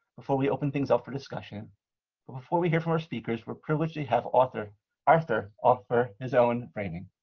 before we open things up for discussion. but before we hear from our speakers, we're privileged to have arthur arthur offer his own framing.